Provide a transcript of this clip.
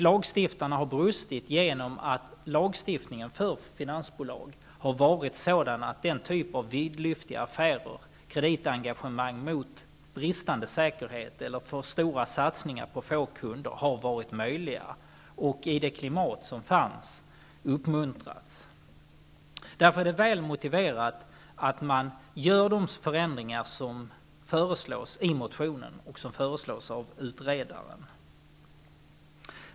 Lagstiftarna har brustit genom att lagstiftningen för finansbolag har varit sådan att vidlyftiga affärer, kreditengagemang mot bristande säkerhet eller för stora satsningar på få kunder, har varit möjliga och i det klimat som fanns uppmuntrats. Därför är det väl motiverat att göra de förändringar som föreslås i motionen och som föreslås av utredaren.